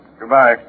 Goodbye